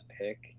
pick